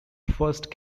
first